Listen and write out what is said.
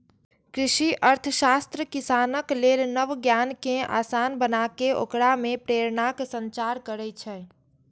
कृषि अर्थशास्त्र किसानक लेल नव ज्ञान कें आसान बनाके ओकरा मे प्रेरणाक संचार करै छै